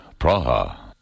Praha